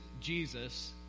Jesus—